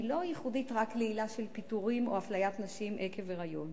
היא לא ייחודית רק לעילה של פיטורים או אפליית נשים עקב היריון.